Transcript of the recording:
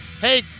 Hey